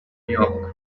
york